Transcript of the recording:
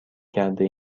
کرده